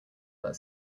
that